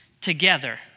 together